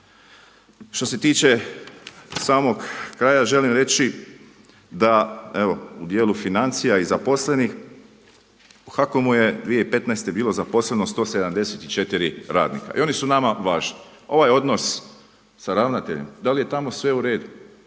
Što se tiče samo kraja, želim reći da evo u dijelu financija i zaposlenih, u HAKOM-u je 2015. bilo zaposleno 174 radnika i oni su nama važni. Ovaj odnos sa ravnateljem, da li je tamo sve uredu